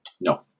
No